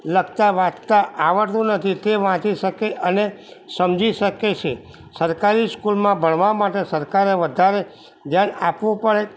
લખતા વાંચતાં આવડતું નથી તે વાંચી શકે અને સમજી શકે છે સરકારી સ્કૂલમાં ભણવા માટે સરકારે વધારે ધ્યાન આપવું પડે